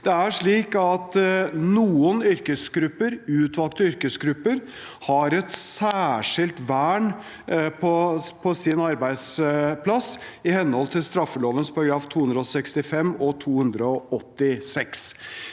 Noen utvalgte yrkesgrupper har et særskilt vern på sin arbeidsplass i henhold til straffeloven §§ 265 og 286.